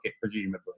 presumably